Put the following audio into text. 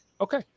okay